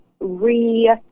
re-